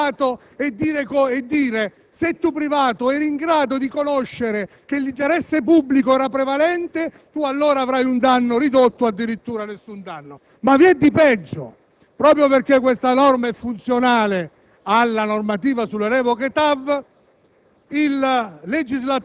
tirare dentro anche il privato e dire che, se il privato era in grado di conoscere che l'interesse pubblico era prevalente, allora avrà un danno ridotto o addirittura nessun danno. Ma vi è di peggio: proprio perché questa norma è funzionale alla normativa sulla revoca TAV,